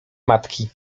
matki